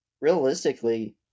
realistically